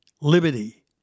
liberty